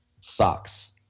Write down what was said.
socks